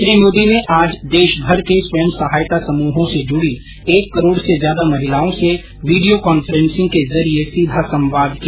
श्री मोदी ने आज देशमर के स्वयं सहायता समूहों से जुड़ी एक करोड़ से ज्यादा महिलाओं से वीडियो कांफ्रेंसिंग के जरिए सीधा संवाद किया